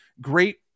Great